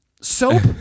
Soap